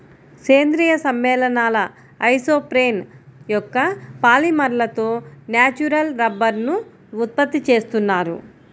సేంద్రీయ సమ్మేళనాల ఐసోప్రేన్ యొక్క పాలిమర్లతో న్యాచురల్ రబ్బరుని ఉత్పత్తి చేస్తున్నారు